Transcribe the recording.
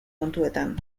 kontuetan